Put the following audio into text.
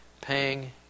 paying